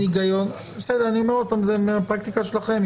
אני אומר שוב, זה מהפרקטיקה שלכם.